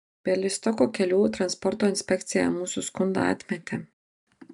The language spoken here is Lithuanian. bialystoko kelių transporto inspekcija mūsų skundą atmetė